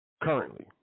currently